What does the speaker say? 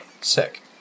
Sick